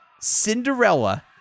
Cinderella